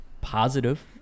positive